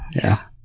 yeah.